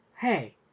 Hey